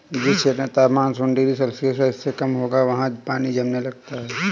जिस क्षेत्र में तापमान शून्य डिग्री सेल्सियस या इससे भी कम होगा वहाँ पानी जमने लग जाता है